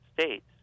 states